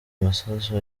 masasu